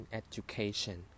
education